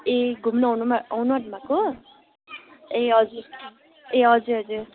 ए घुम्न आउनुमा आउन आँट्नुभएको ए हजुर ए हजुर हजुर